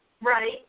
Right